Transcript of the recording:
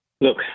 Look